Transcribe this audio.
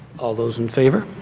all those in favor?